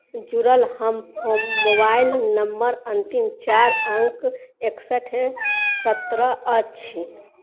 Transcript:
जुड़ल हम phone mobile number अंतिम चारि अङ्क एकसठि सत्तर अछि